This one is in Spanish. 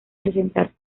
presentar